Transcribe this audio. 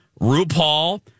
RuPaul